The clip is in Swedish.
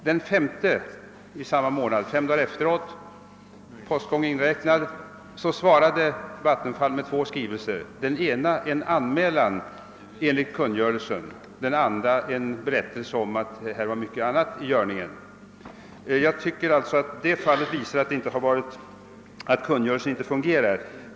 Den 5 i samma månad — fem dagar efteråt, postgången inräknad — svarade Vattenfall med två skrivelser, den ena en anmälan enligt kungörelsen, den andra ett påpekande av att det var mycket annat i görningen. Jag tycker att det fallet visar att kungörelsen inte fungerar.